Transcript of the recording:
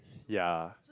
ya